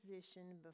position